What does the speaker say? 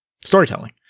storytelling